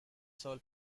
soul